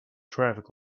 traffic